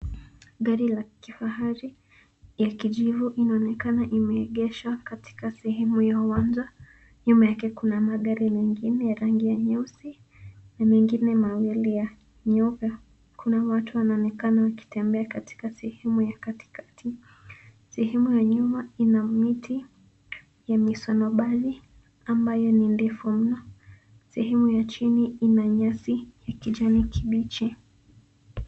Gari la kifarahi la kijivu linaonekana limeegeshwa katika sehemu ya uwanja. Nyuma yake kuna magari mengine ya rangi ya nyeusi na mengine mawili ya nyeupe. Kuna watu wanaonekana wakitembea katika sehemu ya katikati. Sehemu ya nyuma ina miti ya misonobali ambayo ni mirefu mno. Sehemu ya chini ina nyasi ya kijani kibichi.